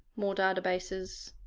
more databases,